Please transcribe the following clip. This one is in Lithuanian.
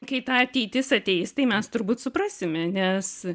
kai ta ateitis ateis tai mes turbūt suprasime nes